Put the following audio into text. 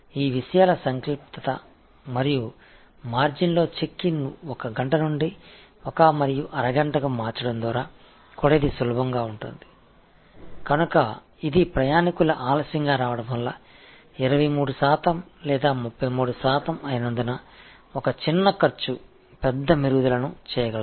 இந்த சிறிய விஷயங்கள் மற்றும் 1 மணிநேரத்திலிருந்து 1 மணிநேரம் வரை காசோலையை மாற்றுவதன் மூலம் எளிதாக இருக்கலாம் எனவே இது ஒரு சிறிய செலவு ஒரு பெரிய முன்னேற்றத்தை ஏற்படுத்தும் ஏனெனில் இந்த 23 சதவீதம் அல்லது 33 சதவிகித தாமதங்கள் பயணிகளின் தாமத வருகையில் செலவாகும்